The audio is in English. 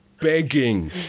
Begging